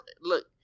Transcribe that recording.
Look